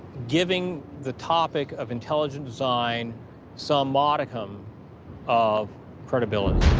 giving the topic of intelligent design some modicum of credibility.